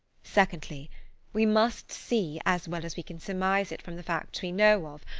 secondly we must see, as well as we can surmise it from the facts we know of,